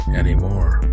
anymore